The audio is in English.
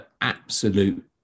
absolute